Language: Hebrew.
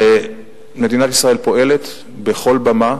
מדינת ישראל פועלת בכל במה